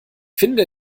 finde